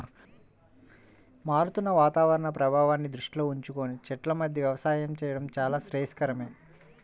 మారుతున్న వాతావరణ ప్రభావాన్ని దృష్టిలో ఉంచుకొని చెట్ల మధ్య వ్యవసాయం చేయడం చాలా శ్రేయస్కరమే